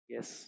Yes